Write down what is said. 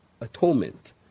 atonement